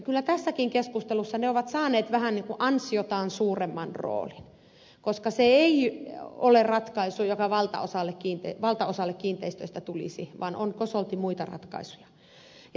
kyllä tässäkin keskustelussa ne ovat saaneet vähän niin kuin ansiotaan suuremman roolin koska se ei ole ratkaisu joka valtaosalle kiinteistöistä tulisi vaan on kosolti muita ratkaisuja